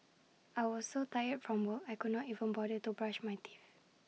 I was so tired from work I could not even bother to brush my teeth